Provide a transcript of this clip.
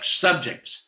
subjects